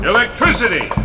Electricity